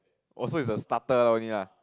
oh so it's a starter only lah